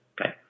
Okay